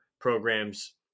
programs